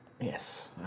Yes